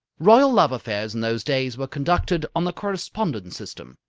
royal love affairs in those days were conducted on the correspondence system.